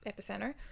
epicenter